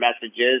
messages